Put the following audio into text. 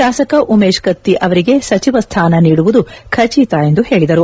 ಶಾಸಕ ಉಮೇಶ್ ಕತ್ತಿ ಅವರಿಗೆ ಸಚಿವ ಸ್ದಾನ ನೀಡುವುದು ಖಚಿತ ಎಂದು ಹೇಳಿದರು